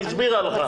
היא הסבירה לך.